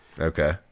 Okay